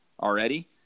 already